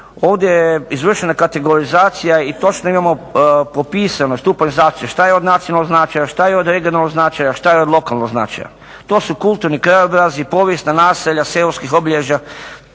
Ovdje je izvršena kategorizacija i točno imamo popisano stupanj zaštite šta je od nacionalnog značaja, šta je od regionalnog značaja, šta je od lokalnog značaja. To su kulturni krajobrazi, povijesna naselja seoskih obilježja,